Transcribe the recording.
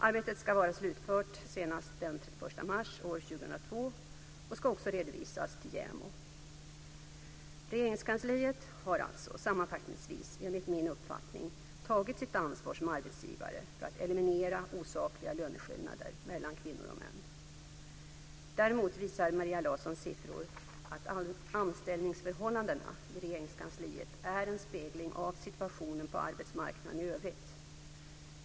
Arbetet ska vara slutfört senast den 31 mars 2002 och ska också redovisas till JämO. Regeringskansliet har alltså sammanfattningsvis enligt min uppfattning tagit sitt ansvar som arbetsgivare för att eliminera osakliga löneskillnader mellan kvinnor och män. Däremot visar Maria Larssons siffror att anställningsförhållandena i Regeringskansliet är en spegling av situationen på arbetsmarknaden i övrigt.